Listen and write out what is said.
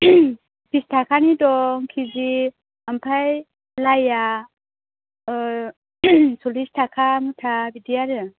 बिस थाखानि दं केजि आमफ्राइ लाइआ सल्लिस थाखा मुथा बिदि आरो